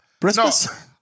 Christmas